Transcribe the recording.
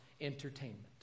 entertainment